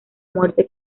muerte